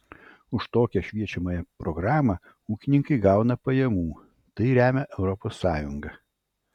už tokią šviečiamąją programą ūkininkai gauna pajamų tai remia europos sąjunga